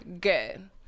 good